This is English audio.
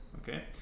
Okay